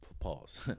pause